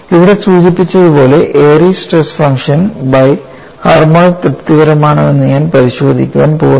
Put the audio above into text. ഇവിടെ സൂചിപ്പിച്ചതുപോലെ Airy's stress function biharmonic തൃപ്തികരമാണോ എന്ന് ഞാൻ പരിശോധിക്കാൻ പോകുന്നില്ല